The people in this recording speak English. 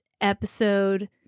episode